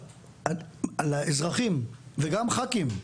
לאזרחים וגם ח"כים,